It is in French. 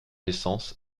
naissance